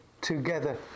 together